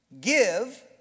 give